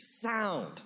sound